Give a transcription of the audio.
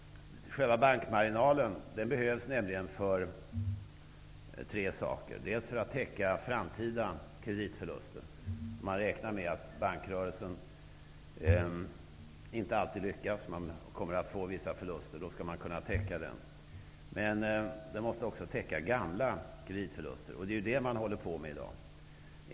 Själva bankmarginalen behövs nämligen av tre olika skäl. För det första för att täcka framtida kreditförluster. Man räknar alltså med att bankrörelsen inte alltid kommer att lyckas, utan att den kommer att få vissa förluster. Dessa förluster skall då kunna täckas. För det andra måste räntemarginalen täcka gamla kreditförluster. Det är det man håller på med i dag.